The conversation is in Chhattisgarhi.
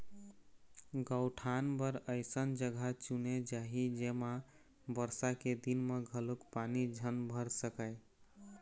गउठान बर अइसन जघा चुने जाही जेमा बरसा के दिन म घलोक पानी झन भर सकय